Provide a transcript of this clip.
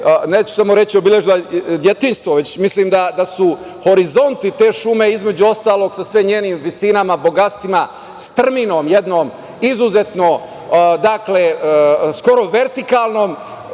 neću samo reći obeležila detinjstvo, već mislim da su horizonti te šume, između ostalog, sa sve njenim visinama, bogatstvima, strminom jednom, skoro vertikalnom,